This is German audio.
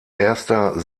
erster